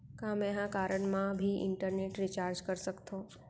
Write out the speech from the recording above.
का मैं ह कारड मा भी इंटरनेट रिचार्ज कर सकथो